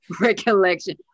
recollection